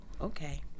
Okay